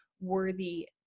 worthy